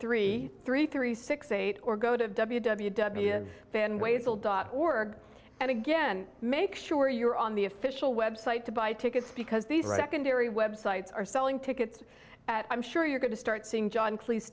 three three three six eight or go to w w w then ways will dot org and again make sure you're on the official website to buy tickets because these secondary websites are selling tickets at i'm sure you're going to start seeing john cleese